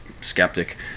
skeptic